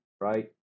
right